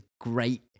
great